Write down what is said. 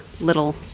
little